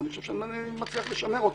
ואני חושב שאני מצליח לשמר אותה,